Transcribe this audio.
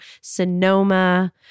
Sonoma